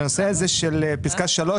ופסקה (3),